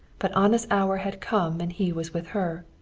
but anna's hour had come and he was with her.